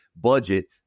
budget